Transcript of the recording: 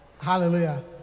Hallelujah